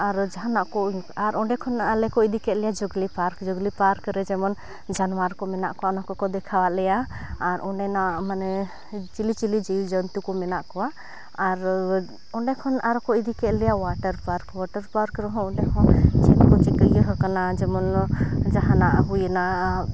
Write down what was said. ᱟᱨ ᱡᱟᱦᱟᱱᱟᱜᱠᱚ ᱟᱨ ᱚᱸᱰᱮ ᱠᱷᱚᱱᱟᱜ ᱟᱞᱮᱠᱚ ᱤᱫᱤᱠᱮᱫᱞᱮᱭᱟ ᱡᱩᱜᱽᱞᱤ ᱯᱟᱨᱠ ᱡᱩᱜᱽᱞᱤ ᱯᱟᱨᱠᱨᱮ ᱡᱮᱢᱚᱱ ᱡᱟᱱᱣᱟᱨᱠᱚ ᱢᱮᱱᱟᱜ ᱠᱚᱣᱟ ᱚᱱᱟᱠᱚᱠᱚ ᱫᱮᱠᱷᱟᱣᱟᱫᱞᱮᱭᱟ ᱟᱨ ᱚᱸᱰᱮᱱᱟᱜ ᱢᱟᱱᱮ ᱪᱤᱞᱤ ᱪᱤᱞᱤ ᱡᱤᱵᱽᱼᱡᱚᱱᱛᱩᱠᱚ ᱢᱮᱱᱟᱜ ᱠᱚᱣᱟ ᱟᱨ ᱚᱸᱰᱮᱠᱷᱚᱱ ᱟᱨᱦᱚᱸᱠᱚ ᱤᱫᱤᱠᱮᱫᱞᱮᱭᱟ ᱚᱣᱟᱴᱟᱨ ᱯᱟᱨᱠ ᱚᱣᱟᱴᱟᱨ ᱯᱟᱨᱠ ᱨᱮᱦᱚᱸ ᱚᱸᱰᱮᱦᱚᱸ ᱪᱮᱫᱠᱚ ᱪᱤᱠᱟᱹ ᱤᱭᱟᱹᱦᱟᱠᱟᱱᱟ ᱡᱮᱢᱚᱱ ᱱᱚᱣᱟ ᱡᱟᱦᱟᱱᱟᱜ ᱦᱩᱭᱮᱱᱟ